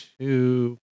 two